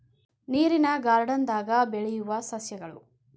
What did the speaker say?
ನೇರಿನ ಗಾರ್ಡನ್ ದಾಗ ಬೆಳಿಯು ಸಸ್ಯಗಳು